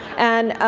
and